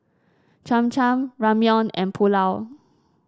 Cham Cham Ramyeon and Pulao